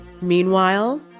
Meanwhile